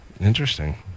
Interesting